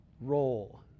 role